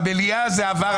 במליאה זה עבר.